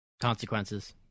Consequences